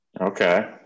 Okay